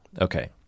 Okay